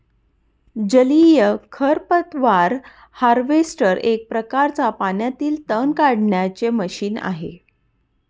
जलीय खरपतवार हार्वेस्टर एक प्रकारच पाण्यातील तण काढण्याचे मशीन आहे